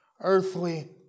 earthly